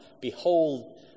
Behold